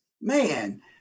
man